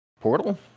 portal